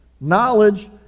Knowledge